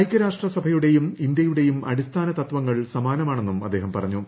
ഐക്യാരാഷ്ട്രസഭയുടെയും ഇന്ത്യയുടെയും അടിസ്ഥാന തത്വങ്ങൾ സമാനമാണെന്നും അദ്ദേഹം പറഞ്ഞു